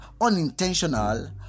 unintentional